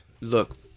Look